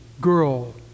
girl